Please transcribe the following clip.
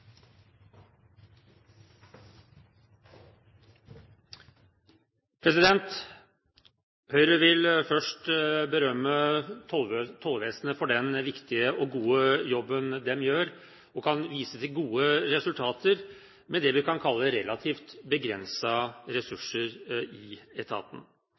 Høyre vil først berømme tollvesenet for den viktige og gode jobben de gjør. De kan vise til gode resultater med det vi kan kalle relativt begrensede ressurser i etaten.